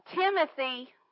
Timothy